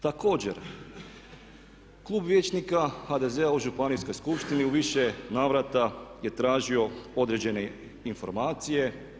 Također, Klub vijećnika HDZ-a u Županijskoj skupštini u više navrata je tražio određene informacije.